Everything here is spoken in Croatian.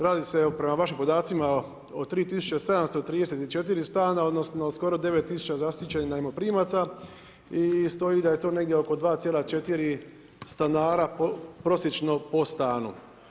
Radi se prema vašim podacima o 3734 stana odnosno skoro 9000 zaštićenih najmoprimaca i stoji da je to negdje oko 2,4 stanara prosječno po stanu.